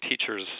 teachers